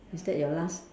is that your last